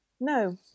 No